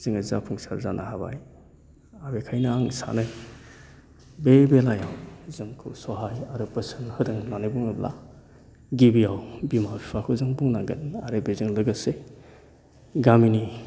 जोङो जाफुंसार जानो हाबाय आरो बेखायनो आं सानो बे बेलायाव जोंखौ सहाय आरो बोसोन होदों होननानै बुङोब्ला गिबियाव बिमा बिफाखौ जों बुंनांगोन आरो बेजों लोगोसे गामिनि